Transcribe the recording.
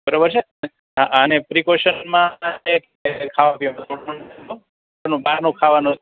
બરોબર છે હા આને પ્રિકોશનમાં એક ખાવા પીવાનું થોડું અને બહારનું ખાવાનું